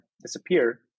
disappear